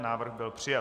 Návrh byl přijat.